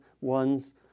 one's